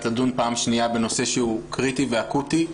לדון פעם שנייה בנושא שהוא קריטי ואקוטי.